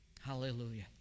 hallelujah